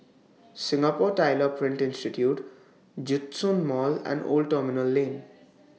Singapore Tyler Print Institute Djitsun Mall and Old Terminal Lane